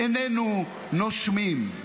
איננו נושמים".